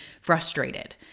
frustrated